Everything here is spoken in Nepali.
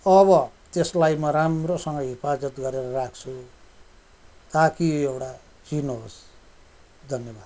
अब त्यसलाई म राम्रोसँग हिफाजत गरेर राख्छु ताकि एउटा चिनो होस् धन्यवाद